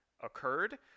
occurred